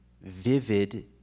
vivid